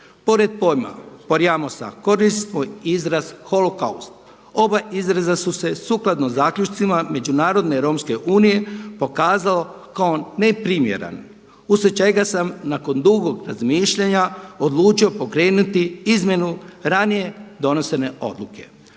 Pored pojma „porjamos“ koristimo izraz „holokaust“ oba izraza su se sukladno zaključcima Međunarodne romske unije pokazalo kao neprimjeren uslijed čega sam nakon dugog razmišljanja odlučio pokrenuti izmjenu ranije donesene odluke.